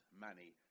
money